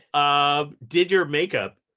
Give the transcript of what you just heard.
um did your makeup?